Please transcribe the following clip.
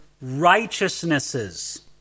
righteousnesses